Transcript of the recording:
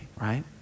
right